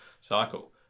cycle